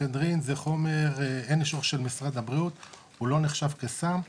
אפדרין זה חומר שאין אישור של משרד הבריאות אבל הוא לא נחשב כסם.